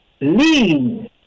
lean